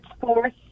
fourth